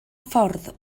ffordd